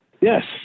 Yes